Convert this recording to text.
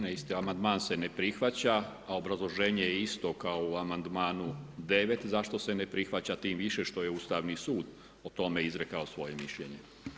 13. amandman se ne prihvaća, a obrazloženje je isto kao i u amandmanu 9. zašto se ne prihvaća, tim više što je Ustavni sud o tome izrekao svoje mišljenje.